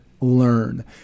learn